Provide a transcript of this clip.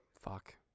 Fuck